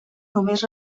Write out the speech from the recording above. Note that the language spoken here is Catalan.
només